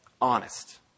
honest